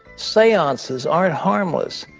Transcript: seances aren't harmless.